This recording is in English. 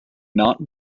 not